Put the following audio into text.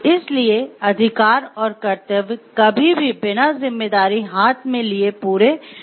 इसलिए अधिकार और कर्तव्य कभी भी बिना जिम्मेदारी हाथ में लिए पूरे नहीं होते